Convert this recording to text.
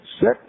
Sit